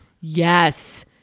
yes